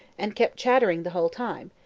and kept chattering the whole time,